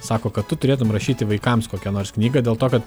sako kad tu turėtum rašyti vaikams kokią nors knygą dėl to kad